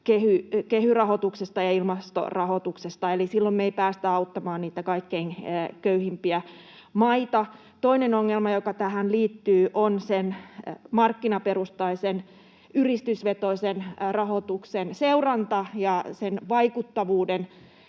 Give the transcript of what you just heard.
kehy-rahoituksesta ja ilmastorahoituksesta, eli silloin me ei päästä auttamaan niitä kaikkein köyhimpiä maita. Toinen ongelma, joka tähän liittyy, on markkinaperustaisen yritysvetoisen rahoituksen ja sen vaikuttavuuden